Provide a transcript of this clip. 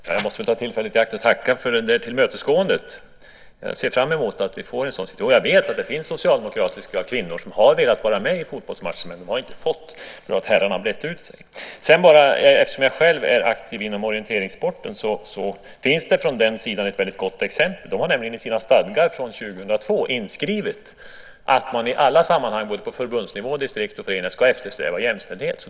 Fru talman! Jag måste ta tillfället i akt och tacka för tillmötesgåendet. Jag ser fram emot att vi får en sådan situation. Jag vet att det finns socialdemokratiska kvinnor som har velat vara med i fotbollsmatchen, men de har inte fått det därför att herrarna har brett ut sig. Eftersom jag själv är aktiv inom orienteringssporten vill jag säga att det där finns ett väldigt gott exempel. De har nämligen i sina stadgar från 2002 inskrivet att man i alla sammanhang, både på förbundsnivå och i distrikt och föreningar, ska eftersträva jämställdhet.